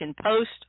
Post